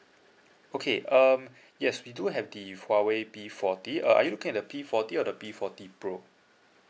okay um yes we do have the huawei P forty uh are you looking at the P forty or the P forty pro